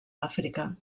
àfrica